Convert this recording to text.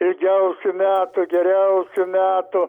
ilgiausių metų geriausių metų